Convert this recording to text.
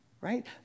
right